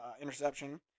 interception